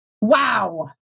Wow